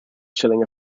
chilling